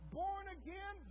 born-again